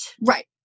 Right